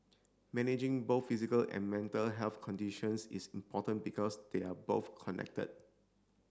managing both physical and mental health conditions is important because they are both connected